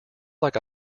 like